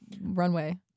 runway